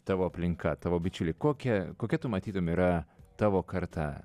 tavo aplinka tavo bičiuliai kokią kokia tu matytum yra tavo karta